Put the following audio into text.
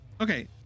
Okay